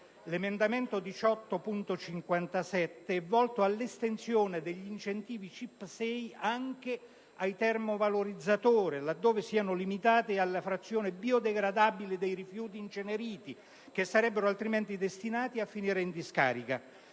L'emendamento 18.57 è volto all'estensione degli incentivi CIP6 anche ai teromovalorizzatori, laddove siano limitati alla frazione biodegradabile dei rifiuti inceneriti, che sarebbero altrimenti destinati a finire in discarica.